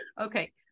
Okay